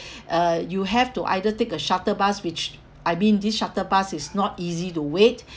uh you have to either take a shuttle bus which I mean this shuttle bus is not easy to wait